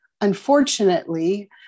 Unfortunately